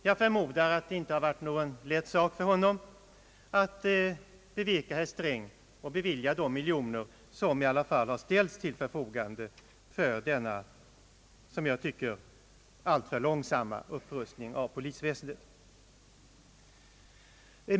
Jag förmodar att det inte har varit någon lätt sak för honom att beveka herr Sträng att bevilja de miljoner som i alla fall har ställts till förfogande för denna enligt min mening alltför långsamma upprustning av polisväsendet.